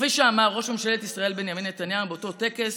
וכפי שאמר ראש ממשלת ישראל בנימין נתניהו באותו טקס: